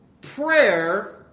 prayer